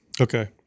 Okay